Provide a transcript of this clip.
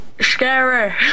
Scary